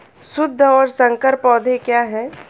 शुद्ध और संकर पौधे क्या हैं?